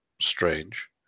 strange